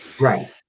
Right